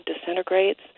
disintegrates